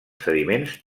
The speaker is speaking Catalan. sediments